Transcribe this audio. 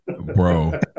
bro